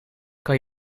kan